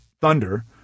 thunder